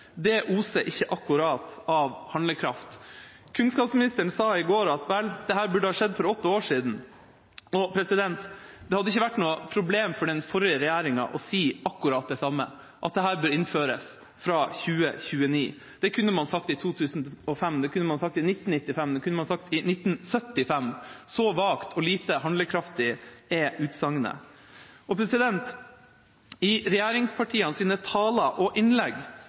går at dette burde ha skjedd for åtte år siden. Det hadde ikke vært noe problem for den forrige regjeringa å si akkurat det samme, at dette bør innføres fra 2029. Det kunne man ha sagt i 2005, det kunne man ha sagt i 1995, det kunne man ha sagt i 1975. Så vagt og lite handlekraftig er utsagnet. I regjeringspartienes taler og innlegg er engasjementet for skole prisverdig, og